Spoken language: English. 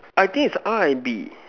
I think is R and B